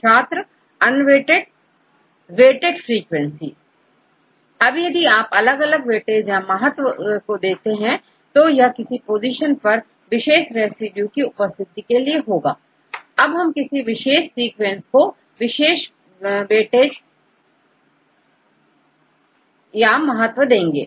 छात्र unweighted weighted frequency अब यदि आप अलग अलग वेटेज या महत्व देते हैं तो यह किसी विशेष पोजीशन पर विशेष रेसिड्यू की उपस्थिति के लिए होगा अब हम किसी विशेष सीक्वेंस को विशेष बेटे जिया महत्व देंगे